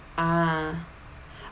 ah